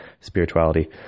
spirituality